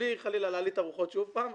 בלי חלילה להלהיט את הרוחות שוב פעם,